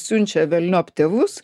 siunčia velniop tėvus